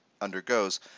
undergoes